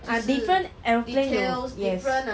ah different aeroplane 有 yes